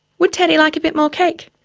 would teddy like a bit more cake?